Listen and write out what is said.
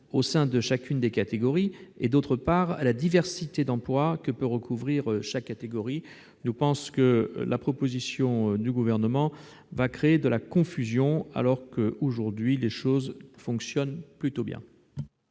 au sein de chacune des catégories et, d'autre part, à la diversité d'emplois que peut recouvrir chaque catégorie. Cette proposition va créer de la confusion, alors que, aujourd'hui, les choses fonctionnent plutôt bien.